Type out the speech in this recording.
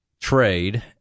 trade